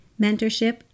mentorship